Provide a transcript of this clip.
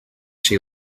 she